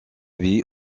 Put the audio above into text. vie